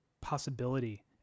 possibility